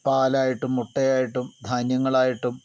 പാലായിട്ടും മുട്ടയായിട്ടും ധാന്യങ്ങളായിട്ടും